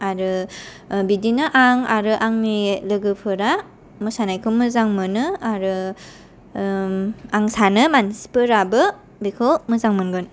आरो बिदिनो आं आरो आंनि लोगोफोरा मोसानायखौ मोजां मोनो आरो ओम आं सानो मानसिफोराबो बेखौ मोजां मोनगोन